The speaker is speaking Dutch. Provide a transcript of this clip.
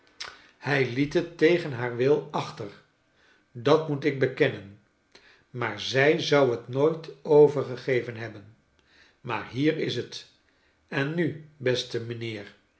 hij liet het tegen haar wil achter dat moet ik bekennen maar zij zou het nooit overgegeven hebben maar hier is het en mi beste mijnheer